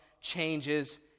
changes